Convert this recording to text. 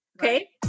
Okay